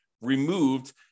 removed